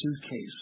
suitcase